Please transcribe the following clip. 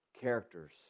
characters